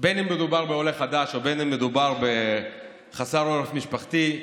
בין שמדובר בעולה חדש ובין שמדובר בחסר עורף משפחתי,